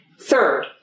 Third